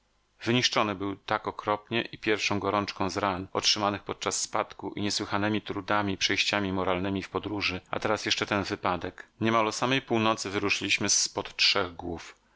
wyniszczony był tak okropnie i pierwszą gorączką z ran otrzymanych podczas spadku i niesłychanemi trudami i przejściami moralnemi w podróży a teraz jeszcze ten wypadek niemal o samej północy wyruszyliśmy z pod trzech głów